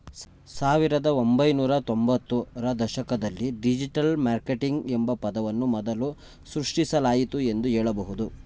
ಸಾವಿರದ ಒಂಬೈನೂರ ತ್ತೊಂಭತ್ತು ರ ದಶಕದಲ್ಲಿ ಡಿಜಿಟಲ್ ಮಾರ್ಕೆಟಿಂಗ್ ಎಂಬ ಪದವನ್ನು ಮೊದಲು ಸೃಷ್ಟಿಸಲಾಯಿತು ಎಂದು ಹೇಳಬಹುದು